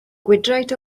gwydraid